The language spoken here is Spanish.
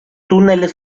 túneles